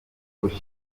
ukuri